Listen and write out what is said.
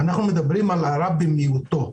אבל זה הרע במיעוטו.